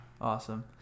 Awesome